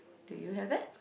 do you have it